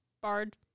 bard